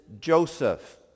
Joseph